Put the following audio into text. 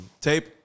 tape